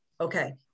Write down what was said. Okay